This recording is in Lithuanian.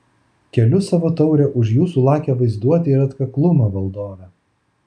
keliu savo taurę už jūsų lakią vaizduotę ir atkaklumą valdove